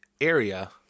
area